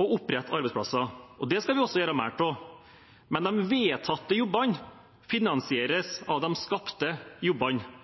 å opprette arbeidsplasser. Det skal vi også gjøre mer av, men de vedtatte jobbene finansieres av de skapte jobbene.